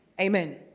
Amen